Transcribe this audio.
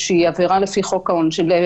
שהיא עבירה לפי חוק העונשין,